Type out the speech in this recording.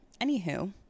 Anywho